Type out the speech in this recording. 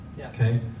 okay